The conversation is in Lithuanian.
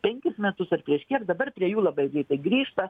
penkis metus ar prieš kiek dabar prie labai greitai grįžta